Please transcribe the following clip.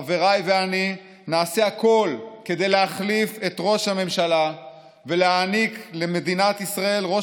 חבריי ואני נעשה הכול כדי להחליף את ראש הממשלה ולהעניק למדינת ישראל ראש